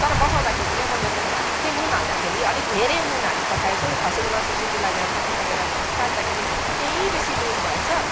तर बसाउँदाखेरि नै मैले नुन हालेको थिएँ नुन हाल्दाखेरि अलिक धेरै नुन हालिपठाएछु खसीको मासु सिटी लागेर पाकिसकेर चाख्दाखेरि निक्कै बेसी नुन भएछ